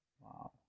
Wow